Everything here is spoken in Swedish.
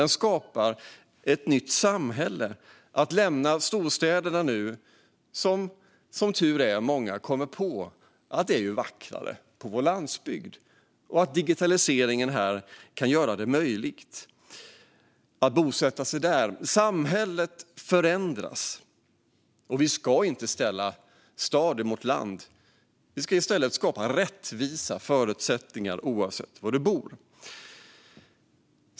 Den skapar ett nytt samhälle. Många lämnar storstäderna och kommer, som tur är, på att det är vackrare på vår landsbygd och att digitaliseringen kan göra det möjligt att bosätta sig där. Samhället förändras. Vi ska inte ställa stad mot land. Vi ska i stället skapa rättvisa förutsättningar oavsett var du bor.